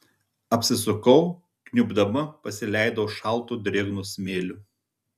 apsisukau kniubdama pasileidau šaltu drėgnu smėliu